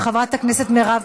חברת הכנסת מירב,